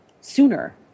sooner